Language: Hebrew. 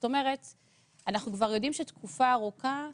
אנחנו כבר יודעים שתקופה ארוכה,